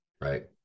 right